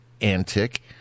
antic